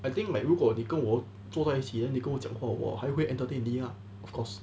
I think like 如果你跟我做在一起 then 你讲话我还会 entertain 你 lah of course